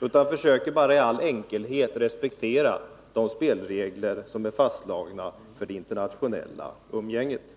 utan jag försöker bara i all enkelhet respektera de spelregler som är fastslagna för det internationella umgänget.